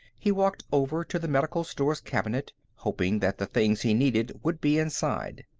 he walked over to the medical stores cabinet, hoping that the things he needed would be inside.